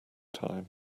time